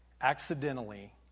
accidentally